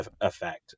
effect